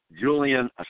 Julian